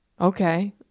Okay